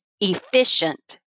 efficient